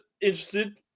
interested